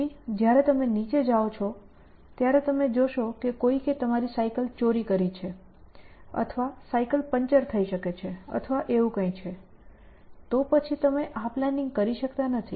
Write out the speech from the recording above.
પછી જ્યારે તમે નીચે જાઓ છો ત્યારે તમે જોશો કે કોઈકે તમારી સાયકલ ચોરી કરી છે અથવા સાયકલ પંચર થઈ શકે છે અથવા એવું કંઈક છે તો પછી તમે આ પ્લાનિંગ કરી શકતા નથી